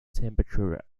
temperature